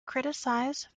criticised